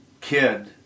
kid